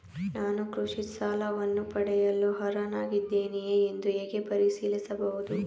ನಾನು ಕೃಷಿ ಸಾಲವನ್ನು ಪಡೆಯಲು ಅರ್ಹನಾಗಿದ್ದೇನೆಯೇ ಎಂದು ಹೇಗೆ ಪರಿಶೀಲಿಸಬಹುದು?